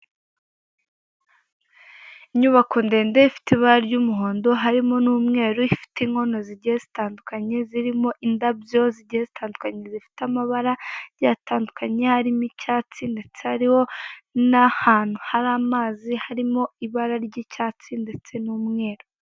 Inyubako ndende ifite ibara ry'umuhondo harimo n'umweru, ifite inkono zigiye zitandukanye zirimo indabyo zigiye zitandukanye zifite amabara agiye atandukanye harimo icyatsi ndetse hariho n'ahantu hari amazi harimo ibara ry'icyatsi ndetse n'umweru.